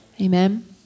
Amen